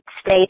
state